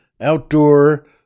outdoor